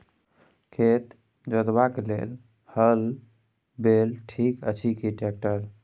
खेत जोतबाक लेल हल बैल ठीक अछि की ट्रैक्टर?